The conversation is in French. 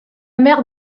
mère